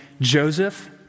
Joseph